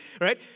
right